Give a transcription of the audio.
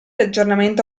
aggiornamento